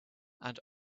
and